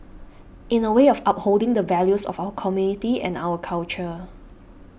in a way of upholding the values of our community and our culture